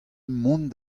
mont